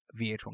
vh1